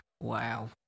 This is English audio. Wow